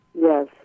Yes